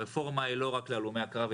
הרפורמה היא לא רק להלומי הקרב,